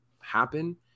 happen